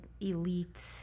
elite